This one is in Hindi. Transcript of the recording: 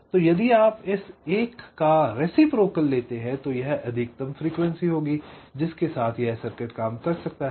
तो यदि आप इस 1 का रेसिप्रोकल लेते हैं तो यह अधिकतम फ्रीक्वेंसी होगी जिसके साथ यह सर्किट काम कर सकता है